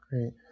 Great